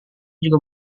juga